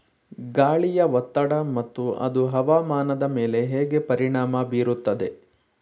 ಗಾಳಿಯ ಒತ್ತಡ ಮತ್ತು ಅದು ಹವಾಮಾನದ ಮೇಲೆ ಹೇಗೆ ಪರಿಣಾಮ ಬೀರುತ್ತದೆ?